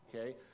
Okay